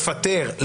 לפטר,